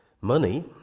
money